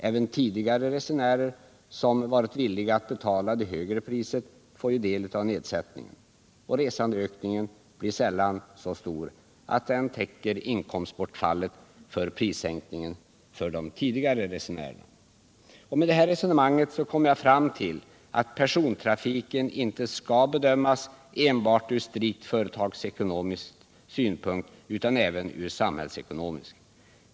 Även tidigare resenärer, som varit villiga att betala det högre priset, får ju då del av nedsättningen. Och resandeökningen blir sällan så stor att den täcker inkomstbortfallet från prissänkningen för de tidigare resenärerna. Med det här resonemanget kommer jag fram till att persontrafiken inte skall bedömas enbart strikt företagsekonomiskt utan även ur samhällsekonomisk synpunkt.